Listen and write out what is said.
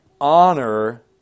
honor